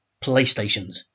playstations